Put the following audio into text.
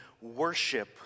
worship